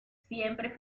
siempre